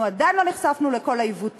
יסכם את הדיון